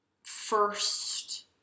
first